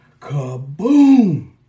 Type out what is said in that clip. kaboom